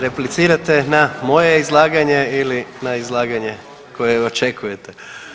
Replicirate na moja izlaganja ili na izlaganje koje očekujete?